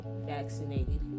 vaccinated